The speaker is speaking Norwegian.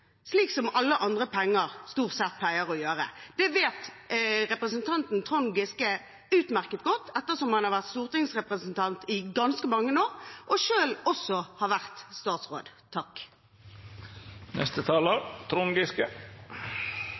slik som alle andre penger stort sett pleier å gjøre. Det vet representanten Trond Giske utmerket godt, ettersom han har vært stortingsrepresentant i ganske mange år, og selv også har vært statsråd.